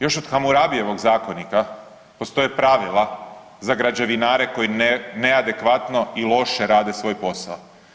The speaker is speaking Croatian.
Još od Hamurabijevog zakonika postoje pravila za građevinare koji neadekvatno i loše rade svoj posao.